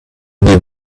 need